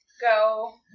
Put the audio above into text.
go